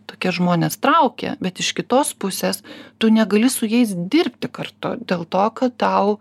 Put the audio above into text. tokie žmonės traukia bet iš kitos pusės tu negali su jais dirbti kartu dėl to kad tau